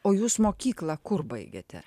o jūs mokyklą kur baigėte